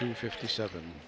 two fifty seven